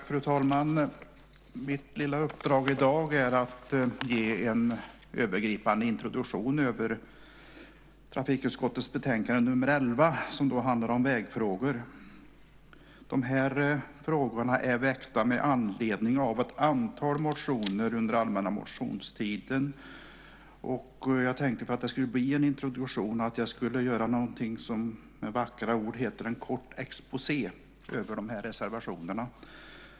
Fru talman! Mitt lilla uppdrag i dag är att ge en övergripande introduktion över trafikutskottets betänkande nr 11 som handlar om vägfrågor. De här frågorna är väckta i ett antal motioner under den allmänna motionstiden. För att det ska bli en introduktion tänkte jag göra någonting som med vackra ord heter en kort exposé över reservationerna.